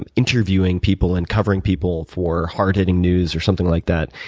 um interviewing people and covering people for hard hitting news or something like that,